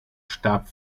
starb